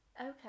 okay